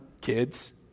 kids